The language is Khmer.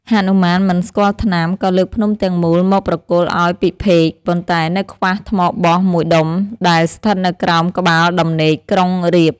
ហនុមានមិនស្គាល់ថ្នាំ ក៏លើកភ្នំទាំងមូលមកប្រគល់ឱ្យពិភេក ប៉ុន្តែនៅខ្វះថ្មបស់មួយដុំដែលស្ថិតនៅក្រោមក្បាលដំណេកក្រុងរាពណ៍។